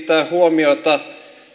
syytä kiinnittää huomiota